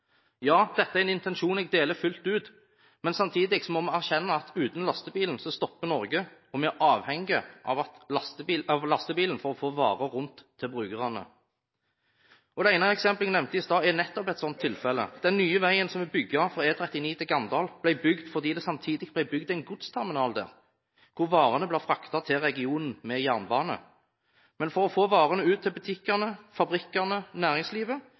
Ja, dette er en intensjon jeg deler fullt ut, men samtidig må vi erkjenne at uten lastebilen stopper Norge, og vi er avhengig av lastebilen for å få varer rundt til brukerne. Det ene eksemplet jeg nevnte i stad, er nettopp et slikt tilfelle. Den nye veien som er bygget fra E39 til Ganddal, ble bygget fordi det samtidig ble bygget en godsterminal der, hvor varene blir fraktet til regionen med jernbane. Men for å få varene ut til butikkene, fabrikkene og næringslivet